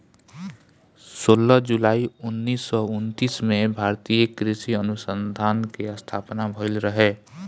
सोलह जुलाई उन्नीस सौ उनतीस में भारतीय कृषि अनुसंधान के स्थापना भईल रहे